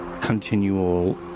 continual